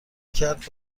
کرد